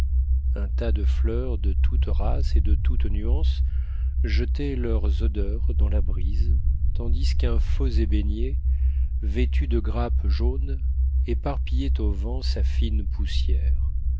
un tas de fleurs de toute race et de toute nuance jetaient leurs odeurs dans la brise tandis qu'un faux ébénier vêtu de grappes jaunes éparpillait au vent sa fine poussière